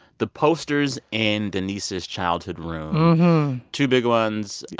the posters in denise's childhood room two big ones.